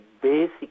basic